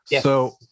So-